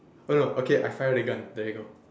oh no okay I fired a gun there you go